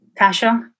Tasha